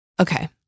Okay